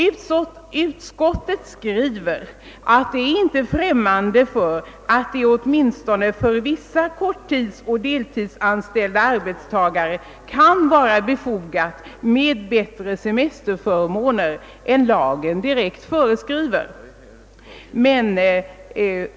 Utskottet skriver att det inte är främ mande för att det åtminstone för vissa korttidsoch deltidsanställda arbetstagare kan vara befogat med bättre semesterförmåner än lagen direkt föreskriver.